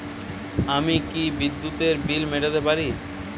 আমি কি বিদ্যুতের বিল মেটাতে পারি?